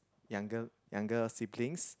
younger younger siblings